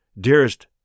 Dearest